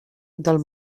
del